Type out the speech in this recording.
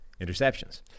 interceptions